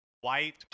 white